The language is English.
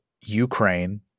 Ukraine